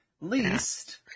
Least